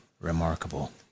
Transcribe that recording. Remarkable